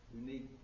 unique